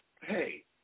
hey